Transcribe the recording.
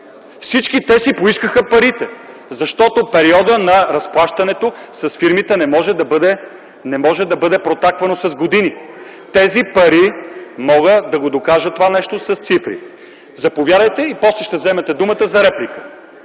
Всички те си поискаха парите, защото периодът на разплащане с фирмите не може да бъде протакан с години. (Шум и реплики от КБ.) Мога да докажа това с цифри. Заповядайте, после ще вземете думата за реплика.